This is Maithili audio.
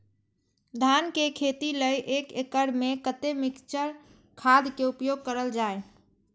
धान के खेती लय एक एकड़ में कते मिक्चर खाद के उपयोग करल जाय?